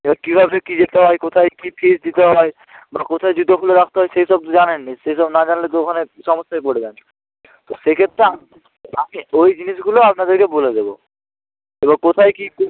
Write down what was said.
এবার কীভাবে কী যেতে হয় কোথায় কী ফিস দিতে হয় বা কোথায় জুতো খুলে রাখতে হয় সেই সব তো জানেন না সেসব না জানলে তো ওখানে সমস্যায় পড়বেন তো সেক্ষেত্রে আমি ওই জিনিসগুলো আপনাদেরকে বলে দেবো এবার কোথায় কি কো